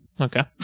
Okay